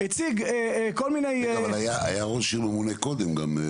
אבל היה ההוא שמונה קודם.